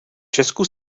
česku